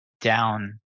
down